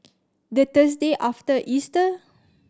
the Thursday after Easter